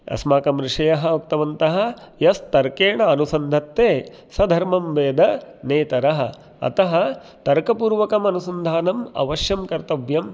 अस्माकम् ऋषयः उक्तवन्तः यस्तर्केण अनुसन्धत्ते सः धर्मं वेद नेतरः अतः तर्कपूर्वकम् अनुसन्धानम् अवश्यं कर्त्तव्यम्